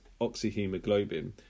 oxyhemoglobin